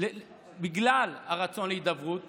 בגלל הרצון להידברות